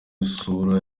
sura